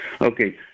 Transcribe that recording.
Okay